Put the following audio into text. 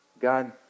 God